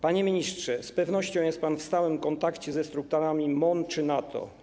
Panie ministrze, z pewnością jest pan w stałym kontakcie ze strukturami MON czy NATO.